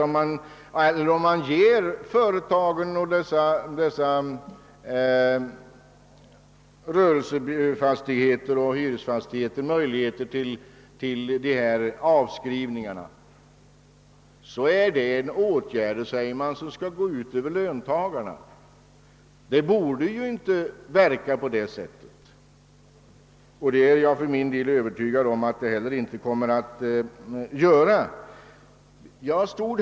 Om företagarna och ägarna till dessa rörelseoch hyresfastigheter får möjlighet att göra avskrivningar är det en åtgärd, säger man, som skulle gå ut över löntagarna. Det borde inte verka på det sättet, och jag är för min del övertygad om att det inte heller kommer att göra det.